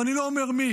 ואני לא אומר מי,